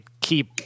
keep